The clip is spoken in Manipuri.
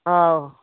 ꯑꯥꯎ